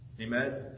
Amen